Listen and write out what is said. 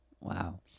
Wow